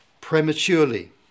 prematurely